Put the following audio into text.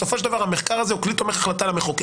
בסופו של דבר המחקר הזה הוא כלי תומך החלטה למחוקק.